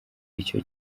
icyo